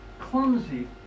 clumsy